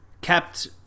kept